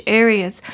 areas